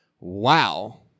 Wow